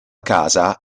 casa